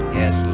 yes